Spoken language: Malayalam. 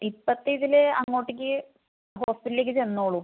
ഇപ്പോഴത്തെ ഇതില് അങ്ങോട്ടേക്ക് ഹോസ്പിറ്റലിലേക്ക് ചെന്നോളൂ